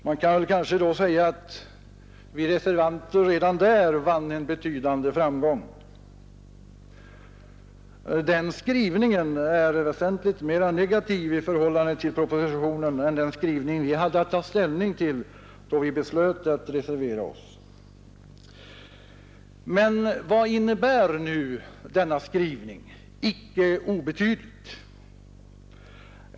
Man kan kanske säga att vi reservanter redan där vann en betydande framgång — den skrivningen är väsentligt mera negativ i förhållande till propositionen än den skrivning vi hade att ta ställning till då vi beslöt att reservera oss. Men vad innebär nu denna skrivning ”icke obetydligt”?